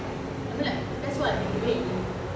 I mean like that is what I have been doing